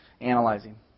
analyzing